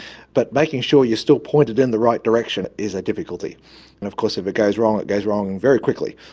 but making sure you are still pointed in the right direction is a difficulty. and of course if it goes wrong, it goes wrong very quickly.